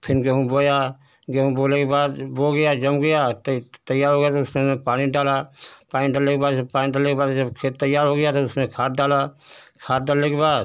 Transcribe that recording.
फिर गेहूँ बोया गेहूँ बोने के बाद जब वह गया जम गया तैयार हो गया तो उसमें मैं पानी डाला पानी डालने के बाद जब पानी डालने के बाद जब खेत तैयार हो गया तब उसमें खाद डाला खाद डालने के बाद